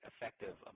effective